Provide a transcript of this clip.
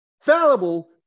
fallible